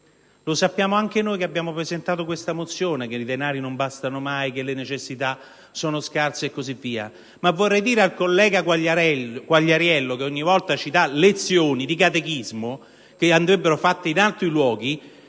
Lo sappiamo anche noi che abbiamo presentato questa mozione che le risorse non bastano mai e che le necessità sono grandi e quant'altro. Vorrei però dire al collega Quagliariello - che ogni volta che parla ci dà lezioni di catechismo che andrebbero fatte in altri luoghi